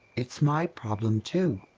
it's my problem too.